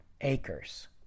acres